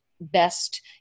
best